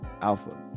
Alpha